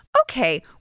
okay